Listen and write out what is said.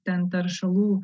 ten teršalų